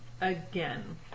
Again